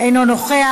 אינו נוכח.